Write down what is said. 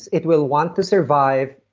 it will want to survive,